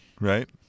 right